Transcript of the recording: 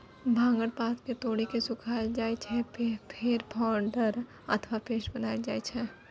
भांगक पात कें तोड़ि के सुखाएल जाइ छै, फेर पाउडर अथवा पेस्ट बनाएल जाइ छै